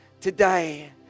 today